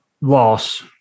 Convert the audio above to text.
loss